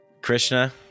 Krishna